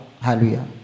Hallelujah